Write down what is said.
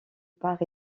part